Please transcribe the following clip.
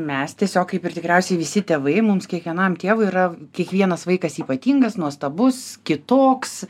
mes tiesiog kaip ir tikriausiai visi tėvai mums kiekvienam tėvui yra kiekvienas vaikas ypatingas nuostabus kitoks